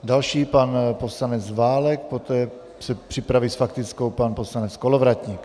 Další pan poslanec Válek, poté se připraví s faktickou pan poslanec Kolovratník.